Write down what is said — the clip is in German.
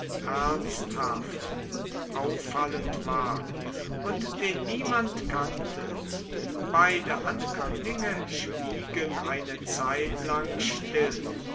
ernsthaft und auffallend war und den niemand kannte beide ankömmlinge schwiegen eine zeitlang still